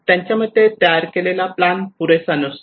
त्यांच्या मते तयार केलेल्या प्लान पुरेसा नसतो